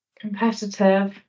competitive